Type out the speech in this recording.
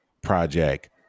project